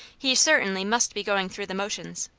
he certainly must be going through the motions.